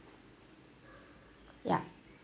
ya